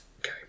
Okay